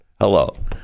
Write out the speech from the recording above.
Hello